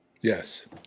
yes